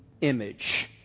image